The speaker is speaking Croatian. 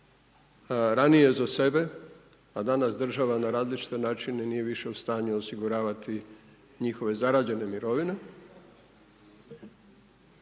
ranije za sebe, a danas država na različite načine nije više u stanju osiguravati njihove zarađene mirovine,